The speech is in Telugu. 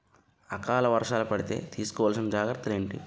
ఆకలి వర్షాలు పడితే తీస్కో వలసిన జాగ్రత్తలు ఏంటి?